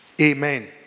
Amen